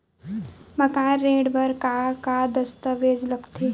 मकान ऋण बर का का दस्तावेज लगथे?